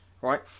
right